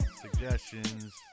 suggestions